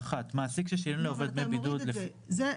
(1)מעסיק ששילם לעובד דמי בידוד לפי סעיף 26ג,